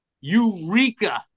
Eureka